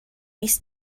mis